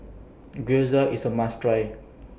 Gyoza IS A must Try